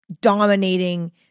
dominating